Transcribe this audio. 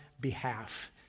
behalf